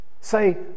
Say